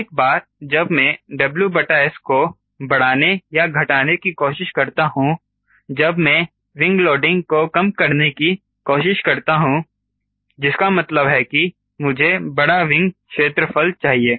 एक बार जब मैं WS को बढ़ाने या घटाने की कोशिश करता हूं जब मैं विंग लोडिंग को कम करने की कोशिश करता हूं जिसका मतलब है कि मुझे बड़ा विंग क्षेत्रफल चाहिए